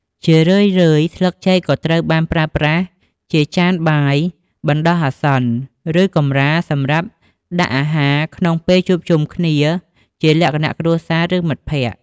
ជារឿយៗ ស្លឹកចេកក៏ត្រូវបានប្រើប្រាស់ជា ចានបាយបណ្តោះអាសន្ន ឬកម្រាលសម្រាប់ដាក់អាហារក្នុងពេលជួបជុំគ្នាជាលក្ខណៈគ្រួសារ ឬមិត្តភក្តិ។